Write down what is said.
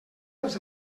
dels